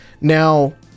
Now